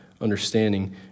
understanding